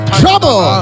trouble